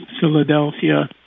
Philadelphia